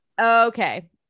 Okay